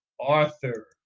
Arthur